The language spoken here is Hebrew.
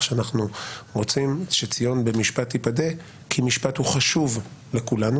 שאנחנו רוצים שציון במשפט תפדה כי משפט הוא חשוב לכולנו.